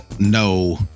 No